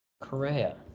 Korea